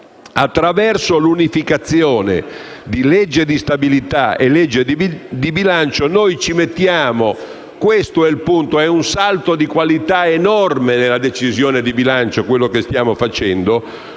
Attraverso l'unificazione di legge di stabilità e legge di bilancio, noi ci mettiamo - questo è il punto ed è un salto di qualità enorme della decisione di bilancio - sulla strada che